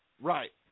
Right